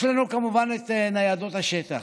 יש לנו כמובן ניידות שטח.